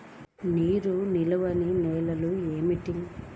నీరు నిలువని నేలలు ఏమిటి?